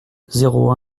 zéro